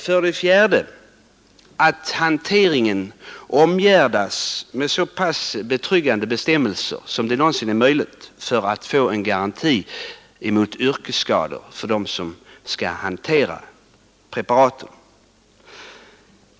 För det fjärde bör hanteringen omgärdas med så betryggande bestämmelser som det någonsin är möjligt för att skapa garanti mot yrkesskador hos dem som hanterar preparaten.